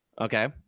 Okay